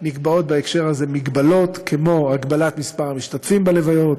נקבעות בהקשר הזה מגבלות כמו הגבלת מספר המשתתפים בלוויות,